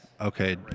Okay